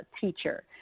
teacher